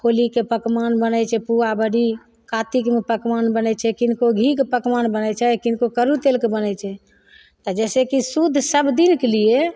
होलीके पकवान बनय छै पुआ बड़ी कातिकमे पकवान बनय छै किनको घीके पकवान बनय छै किनको करु तेलके बनय छै तऽ जैसे कि शुद्ध सब दिनके लिए